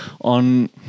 on